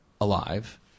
alive